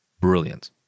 brilliant